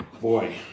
Boy